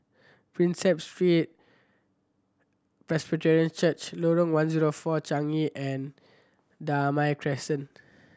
Prinsep Street Presbyterian Church Lorong One Zero Four Changi and Damai Crescent